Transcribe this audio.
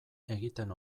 egiten